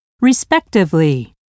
respectively